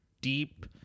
deep